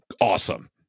Awesome